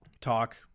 talk